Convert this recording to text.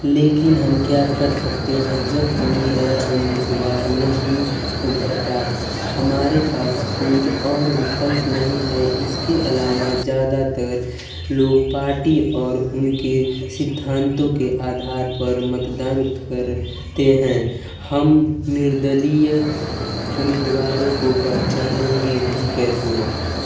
लेकिन हम क्या कर सकते हैं जब कोई नया उम्मीदवार नहीं उभरता हमारे पास कोई और विकल्प नहीं है इसके अलावा ज़्यादातर लोग पार्टी और उनके सिद्धान्तों के आधार पर मतदान करते हैं हम निर्दलीय उम्मीदवारों को पहचानेंगे भी कैसे